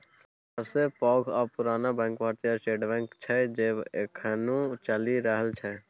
सबसँ पैघ आ पुरान बैंक भारतीय स्टेट बैंक छै जे एखनहुँ चलि रहल छै